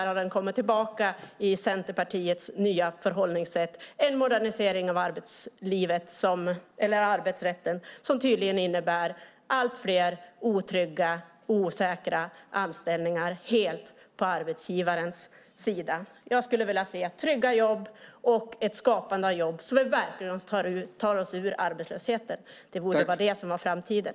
Den har tyvärr kommit tillbaka i Centerpartiets nya förhållningssätt där man pratar om en modernisering av arbetsrätten som tydligen innebär allt fler otrygga och osäkra anställningar helt på arbetsgivarens villkor. Jag skulle vilja se trygga jobb och ett skapande av jobb så att vi verkligen tar oss ur arbetslösheten. Det borde vara det som är framtiden.